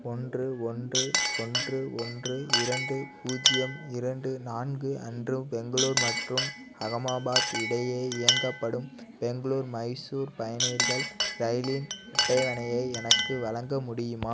ஒன்று ஒன்று ஒன்று ஒன்று இரண்டு பூஜ்ஜியம் இரண்டு நான்கு அன்று பெங்களூர் மற்றும் அகமதாபாத் இடையே இயங்கப்படும் பெங்களூர் மைசூர் பயணியர்கள் ரயிலின் அட்டைவணையை எனக்கு வழங்க முடியுமா